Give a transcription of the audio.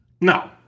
No